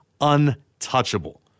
untouchable